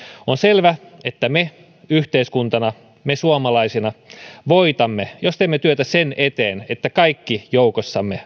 on selvä että me yhteiskuntana me suomalaisina voitamme jos teemme työtä sen eteen että kaikki joukossamme